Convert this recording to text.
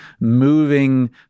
moving